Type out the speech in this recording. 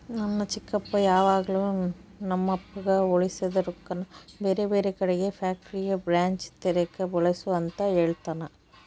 ನನ್ನ ಚಿಕ್ಕಪ್ಪ ಯಾವಾಗಲು ನಮ್ಮಪ್ಪಗ ಉಳಿಸಿದ ರೊಕ್ಕನ ಬೇರೆಬೇರೆ ಕಡಿಗೆ ಫ್ಯಾಕ್ಟರಿಯ ಬ್ರಾಂಚ್ ತೆರೆಕ ಬಳಸು ಅಂತ ಹೇಳ್ತಾನಾ